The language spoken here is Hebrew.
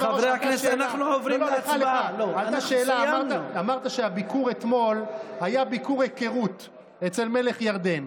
רק שאלה: אמרת שהביקור אתמול היה ביקור היכרות אצל מלך ירדן.